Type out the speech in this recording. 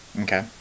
Okay